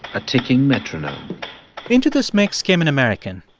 a ticking metronome into this mix came an american.